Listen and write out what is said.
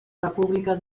república